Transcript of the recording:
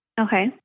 Okay